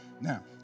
Now